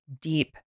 deep